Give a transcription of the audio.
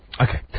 Okay